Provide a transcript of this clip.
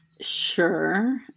Sure